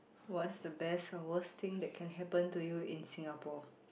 what's the best or worst thing that can happen to you in Singapore